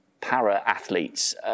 para-athletes